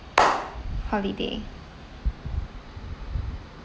holiday